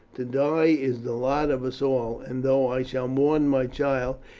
to die is the lot of us all, and though i shall mourn my child,